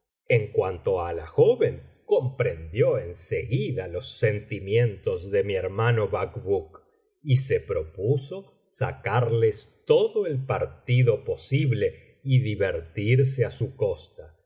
en cuanto á la joven comprendió en seguida los sentimientos de mi hermano bacbuk y se propuso sacarles todo el partido posible y divertirse á su costa